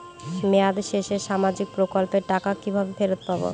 মেয়াদ শেষে সামাজিক প্রকল্পের টাকা কিভাবে ফেরত পাবো?